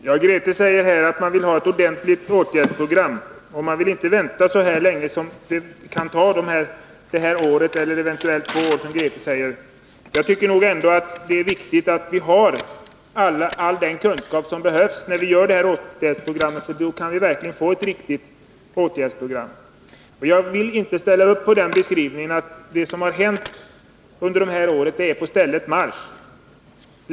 Herr talman! Grethe Lundblad säger att man vill ha ett ordentligt åtgärdsprogram och att man inte vill vänta så länge som ett år eller eventuellt två. Jag tycker ändå att det är viktigt att vi först har all den kunskap som behövs, för då kan vi verkligen få ett riktigt åtgärdsprogram. Jag vill inte ställa upp på beskrivningen att det som hänt under de här åren är på stället marsch.